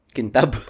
Kintab